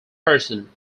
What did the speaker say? person